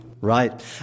Right